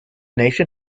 nation